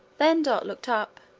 then dot looked up,